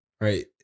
right